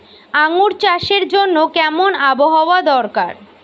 আঙ্গুর চাষের জন্য কেমন আবহাওয়া দরকার?